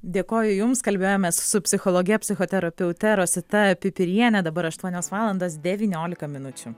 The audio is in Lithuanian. dėkoju jums kalbėjomės su psichologe psichoterapeute rosita pipiriene dabar aštuonios valandos devyniolika minučių